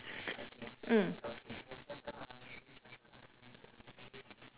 mm